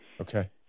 Okay